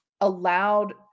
allowed